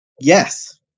yes